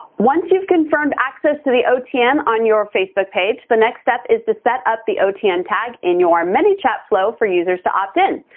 once you've confirmed access to the otn on your facebook page, the next step is to set up the otn tag in your manychat flow for users to opt in.